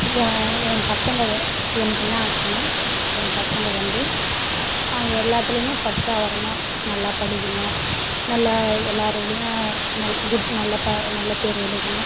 இய என் பசங்க வ எனக்கு என்ன ஆசைன்னா என் பசங்க வந்து எல்லாத்துலையுமே ஃபர்ஸ்ட்டாக வரணும் நல்லா படிக்கணும் நல்லா எல்லாரோடையும் நல் குட் நல்ல ப நல்ல பேர் எடுக்கணும்